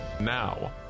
Now